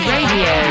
Radio